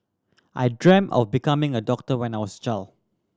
I dreamt of becoming a doctor when I was child